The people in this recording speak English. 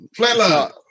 Flatline